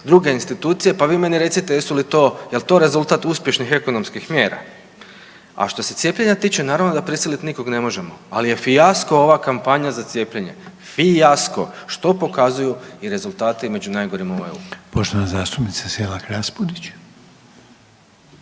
druge institucije, pa vi meni recite jesu li to, jel to rezultat uspješnih ekonomskih mjera? A što se cijepljenja tiče naravno da prisilit nikog ne možemo, ali je fijasko ova kampanja za cijepljenje, fijasko, što pokazuju i rezultati među najgorima u EU. **Reiner, Željko (HDZ)** Poštovana zastupnica Selak Raspudić.